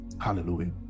Hallelujah